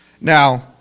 Now